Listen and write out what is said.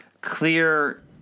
clear